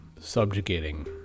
subjugating